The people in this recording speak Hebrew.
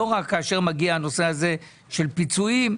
לא רק כאשר מגיע הנושא הזה של הפיצויים.